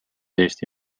eesti